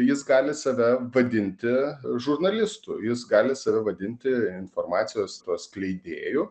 jis gali save vadinti žurnalistu jis gali save vadinti informacijos tuo skleidėju